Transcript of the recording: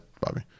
Bobby